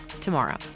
tomorrow